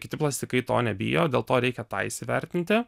kiti plastikai to nebijo dėl to reikia tą įsivertinti